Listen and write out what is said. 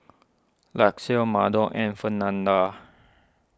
Lucious Maddox and Fernanda